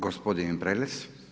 Gospodin Prelec.